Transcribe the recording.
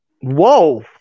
Whoa